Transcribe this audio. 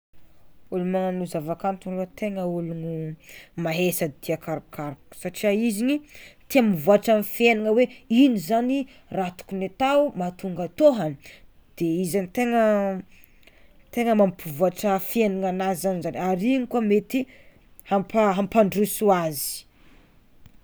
Olo manao zavakanto io ah tegna ologno mahe sady tia karokaroka satria izy igny tia mivoatra amy fiaingnana hoe ino zany tokony atao mahatonga tô any, izy tegna tegna mampivoatra fiaignanazy zany ary igny koa mety hampa- hampandroso azy.